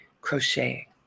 crocheting